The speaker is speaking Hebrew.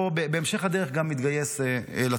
בהמשך הדרך גם התגייס לצבא.